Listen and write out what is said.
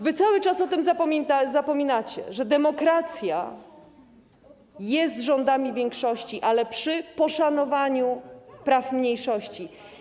Wy cały czas o tym zapominacie, że demokracja jest rządami większości, ale przy poszanowaniu praw mniejszości.